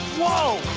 whoa!